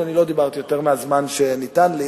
ואני לא דיברתי יותר מהזמן שניתן לי,